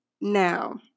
Now